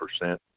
percent